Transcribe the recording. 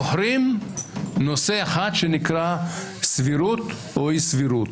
בוחרים נושא אחד שנקרא "סבירות" או "אי סבירות".